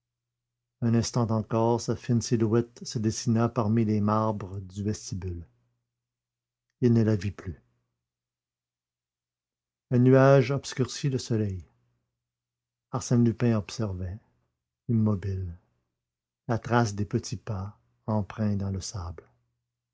un instant encore sa fine silhouette se dessina parmi les marbres du vestibule il ne la vit plus un nuage obscurcit le soleil arsène lupin observait immobile la trace des petits pas empreinte dans le sable